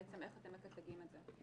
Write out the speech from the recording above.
איך אתם מקטלגים את זה?